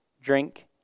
drink